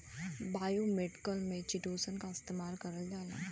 biomedical में chitosan क इस्तेमाल करल जाला